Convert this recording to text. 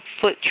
foot